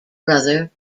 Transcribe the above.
brother